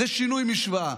זה שינוי משוואה.